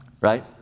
Right